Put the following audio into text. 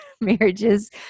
marriages